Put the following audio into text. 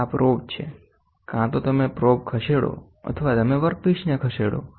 આ પ્રોબ છે કાં તો તમે પ્રોબ ખસેડો અથવા તમે વર્કપીસને ખસેડો